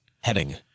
heading